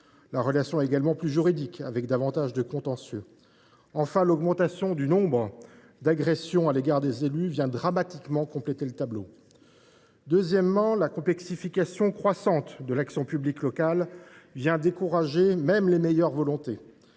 La relation est également plus juridique, avec davantage de contentieux. Enfin, l’augmentation du nombre d’agressions à l’égard des élus vient dramatiquement compléter le tableau. Deuxièmement, la complexification croissante de l’action publique locale décourage même les meilleures volontés.